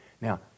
Now